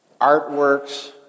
artworks